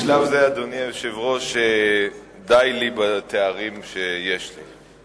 בשלב זה, אדוני היושב-ראש, די לי בתארים שיש לי.